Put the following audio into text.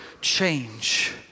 change